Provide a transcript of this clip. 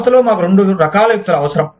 సంస్థలో మాకు రెండు రకాల వ్యక్తులు అవసరం